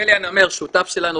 פלי 'הנמר' שותף שלנו,